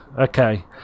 Okay